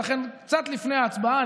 ולכן קצת לפני ההצבעה,